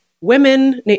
women